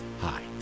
Hi